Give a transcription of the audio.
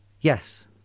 Yes